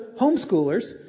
homeschoolers